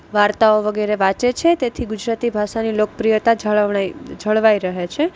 વાર્તાઓ વગેરે વાંચે છે તેથી ગુજરાતી ભાષાની લોકપ્રિયતા જાળવણી જળવાઈ રહે છે